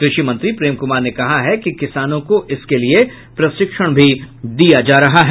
कृषि मंत्री प्रेम कुमार ने कहा है कि किसानों को इसके लिए प्रशिक्षण भी दिया जा रहा है